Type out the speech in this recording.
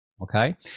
Okay